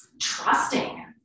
trusting